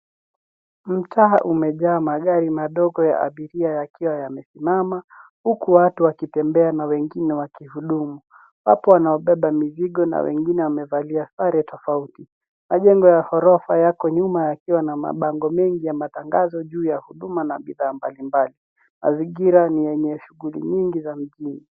Mtaa umejaa magari madogo ya abiria yakiwa yamesimama, huku watu wakitembea na wengine wakihudumu. Watu wanaobeba mizigo na wengine wamevalia sare tofauti. Majengo ya ghorofa yako nyuma yakiwa na mabango mengi ya matangazo juu ya huduma na bidhaa mbalimbali. Mazingira ni yenye shughuli nyingi za mjini.